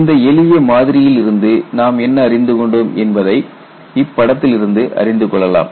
இந்த எளிய மாதிரியில் இருந்து நாம் என்ன அறிந்து கொண்டோம் என்பதை இப்படத்திலிருந்து அறிந்து கொள்ளலாம்